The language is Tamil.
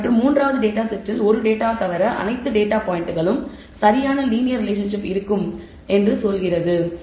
மற்றும் மூன்றாவது டேட்டாவில் ஒரு டேட்டா தவிர அனைத்து டேட்டா பாயிண்ட்களுக்கும் சரியான லீனியர் ரிலேஷன்ஷிப் இருக்கும் என்று நீங்கள் சொல்ல முடியும்